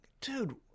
Dude